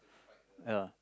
yeah